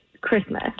Christmas